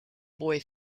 boy